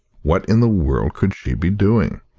what in the world could she be doing?